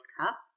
Cup